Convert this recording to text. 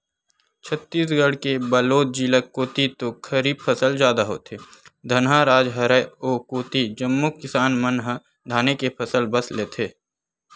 छत्तीसगढ़ के बलोद जिला कोती तो खरीफ फसल जादा होथे, धनहा राज हरय ओ कोती जम्मो किसान मन ह धाने के फसल बस लेथे